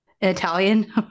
italian